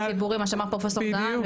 אפרופו השירות הציבורי מה שאמר פרופסור דהן,